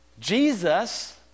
Jesus